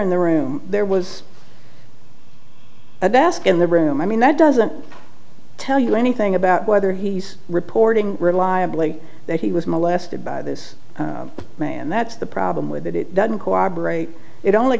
in the room there was a bask in the room i mean that doesn't tell you anything about whether he's reporting reliably that he was molested by this man that's the problem with it it doesn't cooperate it only